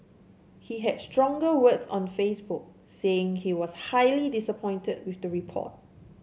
he had stronger words on Facebook saying he was highly disappointed with the report